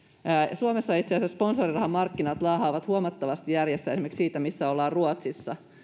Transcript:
suomessa itse asiassa sponsorirahamarkkinat laahaavat huomattavasti jäljessä esimerkiksi siitä missä ollaan ruotsissa